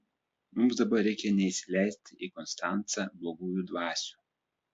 mums dabar reikia neįsileisti į konstancą blogųjų dvasių